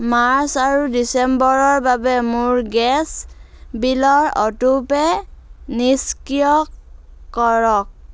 March আৰু ডিচেম্বৰৰ বাবে মোৰ গেছ বিলৰ অটো পে' নিষ্ক্ৰিয় কৰক